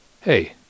Hey